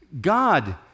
God